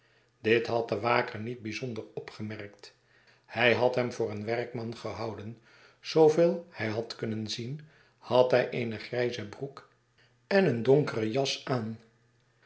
dit had de waker niet bijzonder opgemerkt hij had hem voor een werkman gehouden zooveel hij had kunnen zien had hij eene grijze broek en eene donkere jas aan